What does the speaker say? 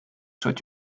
soit